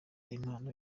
impano